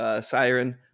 Siren